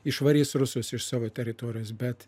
išvarys rusus iš savo teritorijos bet